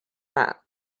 mat